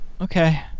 okay